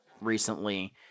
recently